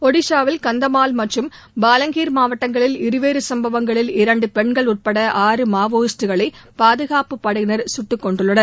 ஒடிஷாவில் கந்தாமல் மற்றும் பாலங்கீர் மாவட்டங்களில் இருவேறு சும்பவங்களில் இரண்டு பெண்கள் உட்பட ஆறு மாவோயிஸ்டுகளை பாதுகாப்பு படையினர் சுட்டுக்கொன்றுள்ளனர்